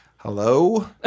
Hello